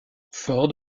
ford